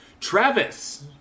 Travis